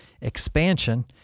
expansion